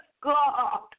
God